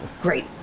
Great